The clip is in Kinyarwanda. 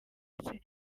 ndetse